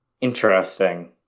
interesting